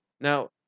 Now